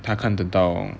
她看得到